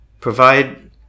provide